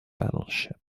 battleship